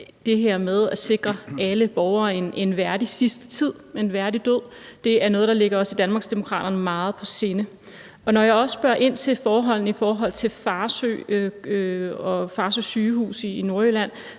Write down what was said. det her med at sikre alle borgere en værdig sidste tid med en værdig død er noget, der ligger os i Danmarksdemokraterne meget på sinde. Når jeg også spørger ind til forholdene i forhold til Farsø og Farsø sygehusi Nordjylland,